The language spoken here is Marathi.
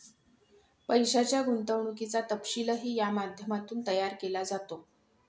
पैशाच्या गुंतवणुकीचा तपशीलही या माध्यमातून तयार केला जातो